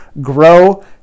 grow